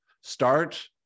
start